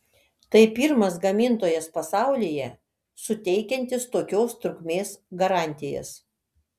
tai pirmas gamintojas pasaulyje suteikiantis tokios trukmės garantijas